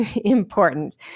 important